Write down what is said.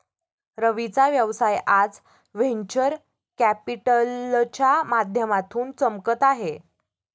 रवीचा व्यवसाय आज व्हेंचर कॅपिटलच्या माध्यमातून चमकत आहे